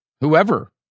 Whoever